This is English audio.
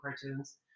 cartoons